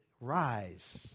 rise